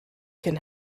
can